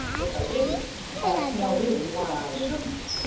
if i didn't, that's no reason why i shouldn't.